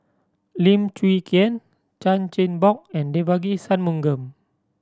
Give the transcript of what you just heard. Lim Chwee Chian Chan Chin Bock and Devagi Sanmugam